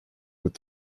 with